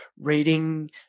reading